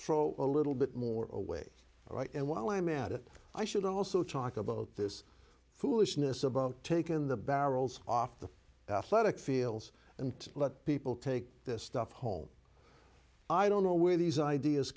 throw a little bit more away right and while i'm at it i should also talk about this foolishness about taken the barrels off the athletic fields and let people take this stuff home i don't know where these ideas